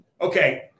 Okay